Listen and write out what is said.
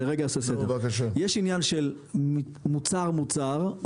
יש עניין של מוצר מוצר,